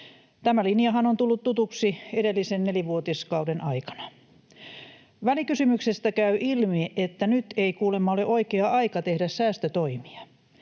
Tämä linjahan on tullut tutuksi edellisen nelivuotiskauden aikana. Välikysymyksestä käy ilmi, että nyt ei kuulemma ole oikea aika tehdä säästötoimia.